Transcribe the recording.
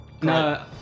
No